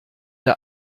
der